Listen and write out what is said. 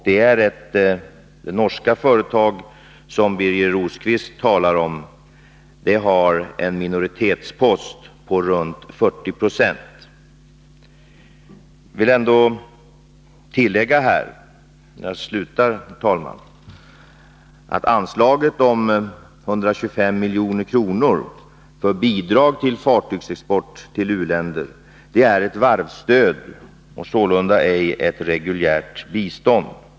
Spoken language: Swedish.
Det norska företag som Birger Rosqvist talar om har en minoritetspost på ca 40 90. Innan jag slutar mitt anförande, herr talman, vill jag tillägga att anslaget på 125 milj.kr. för bidrag till fartygsexport till u-länder är ett varvsstöd och sålunda ej ett reguljärt bistånd.